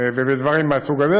ודברים מהסוג הזה,